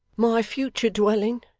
my future dwelling,